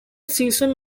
season